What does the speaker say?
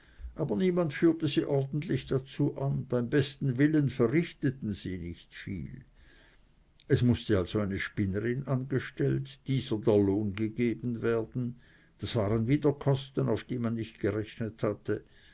aber niemand führte sie ordentlich dazu an beim besten willen verrichteten sie nicht viel es mußte also eine spinnerin angestellt dieser der lohn gegeben werden das waren wieder kosten auf die man nicht gerechnet hatte